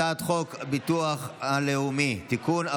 הצעת חוק הביטוח הלאומי (תיקון,